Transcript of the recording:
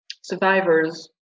survivors